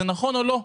זה נכון או לא?